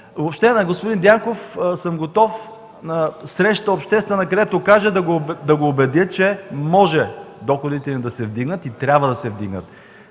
Въобще, с господин Дянков съм готов на обществена среща, където каже, да го убедя, че може доходите ни да се вдигнат и трябва да се вдигнат,